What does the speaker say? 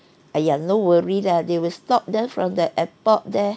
!aiya! no worry lah they will stop them from the airport there